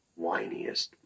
whiniest